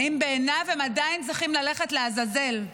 האם בעיניו הם עדיין צריכים ללכת לעזאזל?